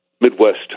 Midwest